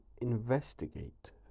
investigate